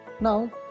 now